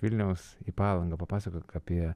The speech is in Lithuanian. vilniaus į palangą papasakok apie